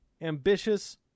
ambitious